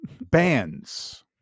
bands